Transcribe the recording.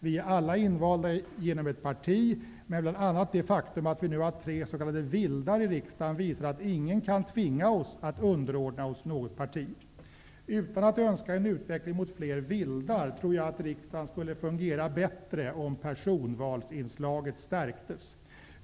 Vi är alla invalda genom ett parti, men bl.a. det faktum att vi nu har tre s.k. vildar i riksdagen visar att ingen kan tvinga oss att underordna oss något parti. Utan att önska en utveckling mot fler vildar, tror jag att riksdagen skulle fungera bättre om personvalsinslaget stärktes.